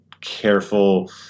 careful